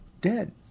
dead